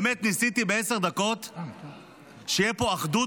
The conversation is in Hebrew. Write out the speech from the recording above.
באמת ניסיתי בעשר דקות שתהיה פה אחדות